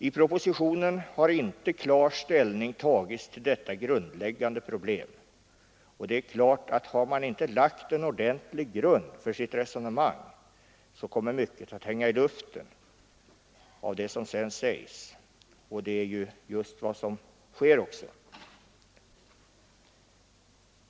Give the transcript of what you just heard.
I propositionen har inte klar ställning tagits till detta grundläggande problem, och det är klart att har man inte lagt en ordentlig grund för sitt resonemang, så kommer mycket att hänga i luften av det som sedan sägs, och det är just vad som sker också.